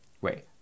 wait